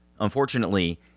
Unfortunately